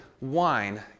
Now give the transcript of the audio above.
wine